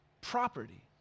property